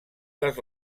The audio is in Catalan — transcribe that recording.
les